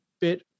bit